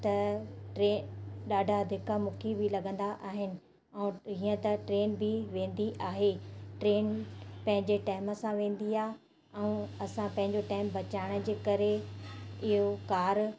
त टे ॾाढा धिका मुकी बि लॻंदा आहिनि ऐं हीअं त ट्रेन बि वेंदी आहे ट्रेन पंहिंजे टइम सां वेंदी आहे ऐं असां पंहिंजो टाइम बचाइण जे करे इहो कार